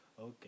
Okay